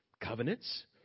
Covenants